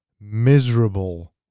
miserable